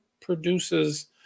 produces